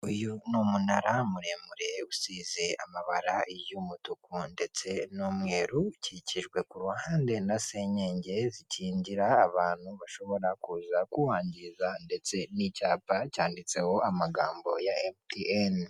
Uyu ni umunara muremure usize amabara y'umutuku ndetse n'umweru, ukikijwe ku ruhande na senyenge zikingira abantu bashobora kuza kuwangiza ndetse n'icyapa cyanditseho amagambo ya emutiyene.